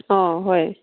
ꯑꯧ ꯍꯣꯏ